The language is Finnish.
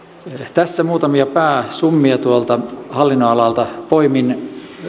tässä muutamia pääsummia tuolta hallinnonalalta poimin